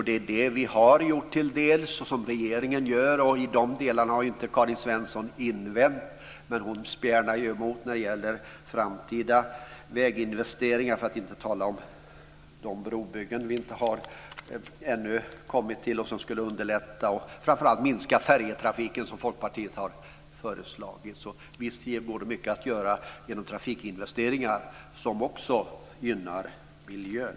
Det är det som vi har gjort till dels och som regeringen gör, och då har ju inte Karin Svensson Smith haft några invändningar. Men hon spjärnar emot när det gäller framtida väginvesteringar, för att inte tala om de brobyggen som vi ännu inte har beslutat om. Det skulle framför allt underlätta färjetrafiken. Det här är något som Folkpartiet har föreslagit, så visst går det att göra mycket genom trafikinvesteringar som också gynnar miljön.